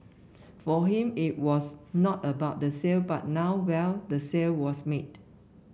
for him it was not about the sale but now well the sale was made